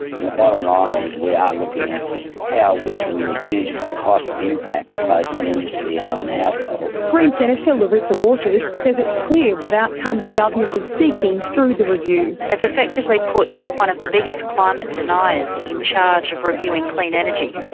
and the bottom line is we are looking at how we can reduce cost impacts, both on industry and on households. greens senator larissa waters says it's clear what outcome the government is seeking through the review. they've effectively put one of the biggest climate deniers in charge of reviewing clean energy.